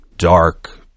dark